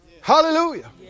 Hallelujah